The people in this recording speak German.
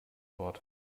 wort